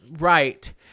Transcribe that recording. Right